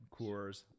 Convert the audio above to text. Coors